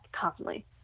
constantly